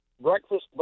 breakfast